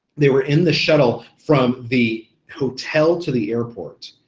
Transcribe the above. they were in the shuttle from the hotel to the airport.